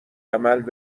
عمل